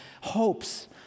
hopes